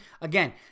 Again